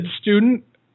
student